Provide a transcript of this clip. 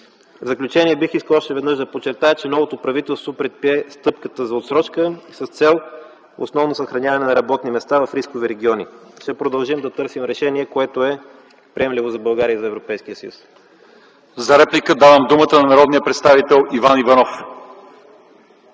В заключение, бих искал още веднъж да подчертая, че новото правителство предприе стъпка за отсрочка с цел съхраняване на работни места в рискови региони. Ще продължим да търсим решение, което е приемливо за България и за Европейския съюз. ПРЕДСЕДАТЕЛ ЛЪЧЕЗАР ИВАНОВ : За реплика давам думата на народният представител Иван Иванов.